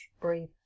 Breathe